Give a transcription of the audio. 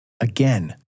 Again